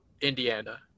Indiana